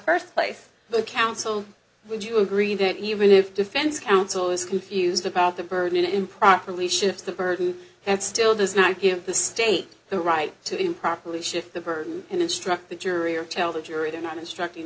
first place but counsel would you agree that even if defense counsel is confused about the burden improperly shifts the burden and still does not give the state the right to improperly shift the burden and instruct the jury or tell the jury they're not instructing